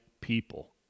people